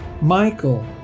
Michael